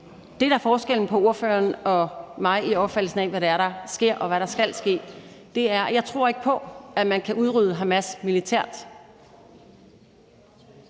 Det, der er forskellen på ordføreren og mig i opfattelsen af, hvad der sker, og hvad der skal ske, er, at jeg ikke tror på, at man kan udrydde Hamas militært